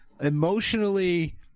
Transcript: emotionally